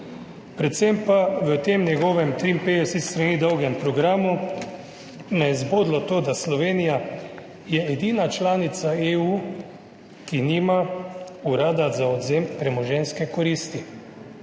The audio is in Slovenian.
Predvsem pa me je v tem njegovem 53 strani dolgem programu zbodlo to, da je Slovenija edina članica EU, ki nima urada za odvzem premoženjske koristi.